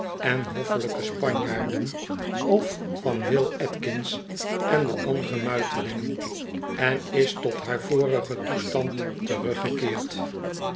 en hoffelijke spanjaarden of van will atkins en de andere muitelingen en is tot haar vorigen toestand teruggekeerd